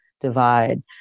divide